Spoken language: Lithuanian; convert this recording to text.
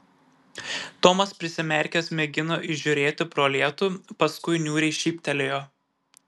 tomas prisimerkęs mėgino įžiūrėti pro lietų paskui niūriai šyptelėjo